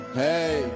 hey